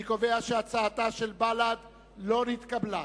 אני קובע שהצעתה של בל"ד לא נתקבלה.